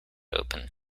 open